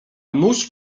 nuż